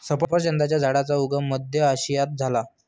सफरचंदाच्या झाडाचा उगम मध्य आशियात झाला